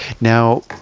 now